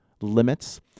limits